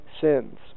sins